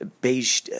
beige